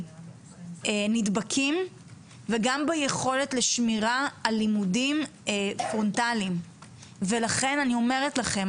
נדבקים וגם ביכולת לשמירה על לימודים פרונטליים ולכן אני אומרת לכם,